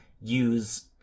use